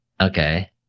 Okay